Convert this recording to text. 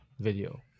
video